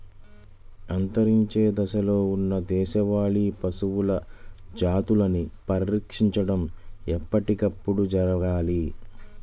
అంతరించే దశలో ఉన్న దేశవాళీ పశువుల జాతులని పరిరక్షించడం ఎప్పటికప్పుడు జరగాలి